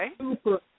super